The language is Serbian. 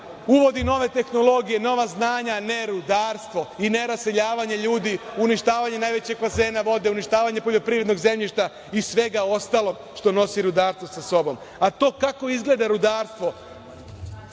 uvodi nove tehnologije, nova znanja, a ne rudarstvo i ne raseljavanje ljudi, uništavanje najvećeg bazena vode, uništavanje poljoprivrednog zemljišta i svega ostalog što nosi rudarstvo sa sobom. To kako izgleda rudarstvo,